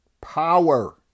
power